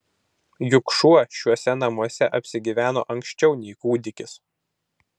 juk šuo šiuose namuose apsigyveno anksčiau nei kūdikis